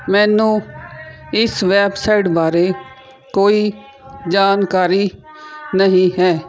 ਮੈਨੂੰ ਇਸ ਵੈਬਸਾਈਟ ਬਾਰੇ ਕੋਈ ਜਾਣਕਾਰੀ ਨਹੀਂ ਹੈ